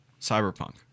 Cyberpunk